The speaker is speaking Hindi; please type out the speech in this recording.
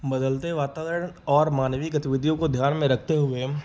बदलते वातावरण और मानवी गतिविधियों को ध्यान में रखते हुए